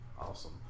Awesome